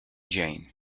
jane